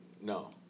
No